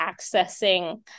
accessing